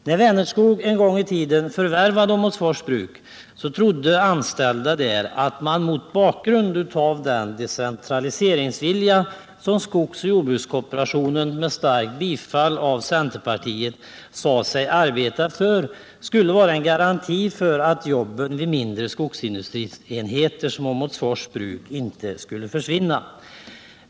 När Vänerskog en gång i tiden förvärvade Åmotfors Bruk trodde de anställda att den decentraliseringsvilja som skogsoch jordbrukskooperationen, med starkt bifall av centerpartiet, sade sig arbeta för skulle vara en garanti för att jobben vid mindre skogsindustrienheter som Åmotfors Bruk inte skulle försvinna.